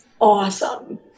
awesome